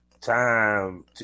time